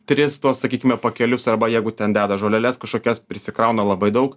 tris tuos sakykime pakelius arba jeigu ten deda žoleles kažkokias prisikrauna labai daug